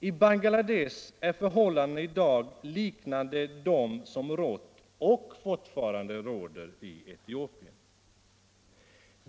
I Bangladesh är förhållandena i dag liknande dem som rådde och fortfarande råder i Etiopien.